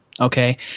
Okay